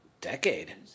Decade